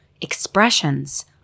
expressions